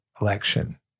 election